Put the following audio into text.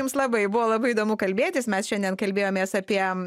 jums labai buvo labai įdomu kalbėtis mes šiandien kalbėjomės apie